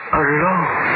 alone